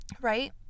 right